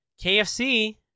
KFC